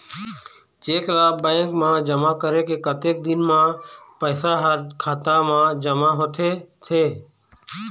Cheque ला bank मा जमा करे के कतक दिन मा पैसा हा खाता मा जमा होथे थे?